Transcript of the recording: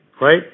right